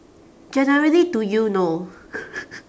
generally to you no